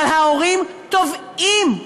אבל ההורים טובעים,